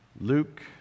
Luke